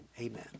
amen